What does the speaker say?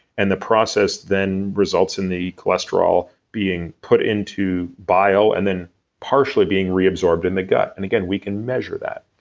and the process then results in the cholesterol being put into bio and then partially being reabsorbed in the gut. and again, we can measure that.